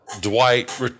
Dwight